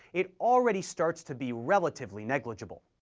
it already starts to be relatively negligible.